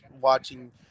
watching